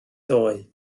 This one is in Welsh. ddoe